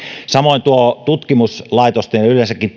samoin tutkimuslaitosten ja yleensäkin